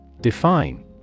Define